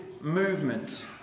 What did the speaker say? movement